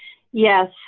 yes,